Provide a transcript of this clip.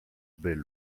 belle